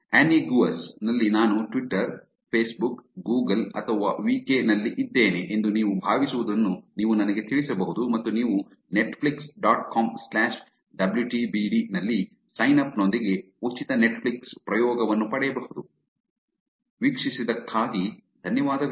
ಅಣ್ಣಿಗಸ್ ನಲ್ಲಿ ನಾನು Twitter Facebook Google ಅಥವಾ ವಿಕೆ ನಲ್ಲಿ ಇದ್ದೇನೆ ಎಂದು ನೀವು ಭಾವಿಸುವದನ್ನು ನೀವು ನನಗೆ ತಿಳಿಸಬಹುದು ಮತ್ತು ನೀವು Netflix dot com slash W T B D ನಲ್ಲಿ ಸೈನ್ಅಪ್ ನೊಂದಿಗೆ ಉಚಿತ ನೆಟ್ಫ್ಲಿಕ್ಸ್ ಪ್ರಯೋಗವನ್ನು ಪಡೆಯಬಹುದು ವೀಕ್ಷಿಸಿದ್ದಕ್ಕಾಗಿ ಧನ್ಯವಾದಗಳು